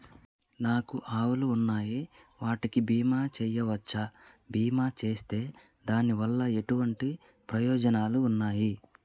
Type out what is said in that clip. నాకు ఆవులు ఉన్నాయి వాటికి బీమా చెయ్యవచ్చా? బీమా చేస్తే దాని వల్ల ఎటువంటి ప్రయోజనాలు ఉన్నాయి?